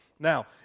Now